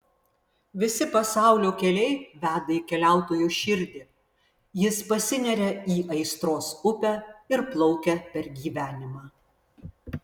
visi pasaulio keliai veda į keliautojo širdį jis pasineria į aistros upę ir plaukia per gyvenimą